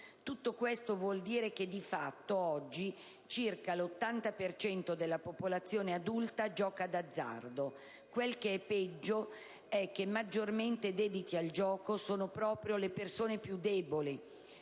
Tutto questo vuol dire che, di fatto, oggi circa l'80 per cento della popolazione adulta gioca d'azzardo. Quel che peggio è che maggiormente dediti al gioco sono proprio le persone più deboli,